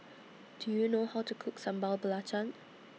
Do YOU know How to Cook Sambal Belacan